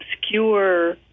obscure